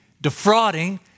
defrauding